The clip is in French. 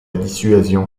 dissuasion